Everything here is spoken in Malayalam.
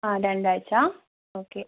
ആ രണ്ടാഴ്ച്ച ഓക്കെ